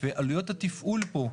ועלויות התפעול פה,